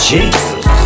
Jesus